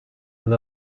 love